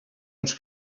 ens